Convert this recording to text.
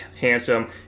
handsome